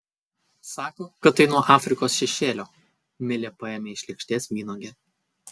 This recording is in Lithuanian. sako kad tai nuo afrikos šešėlio milė paėmė iš lėkštės vynuogę